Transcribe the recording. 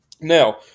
Now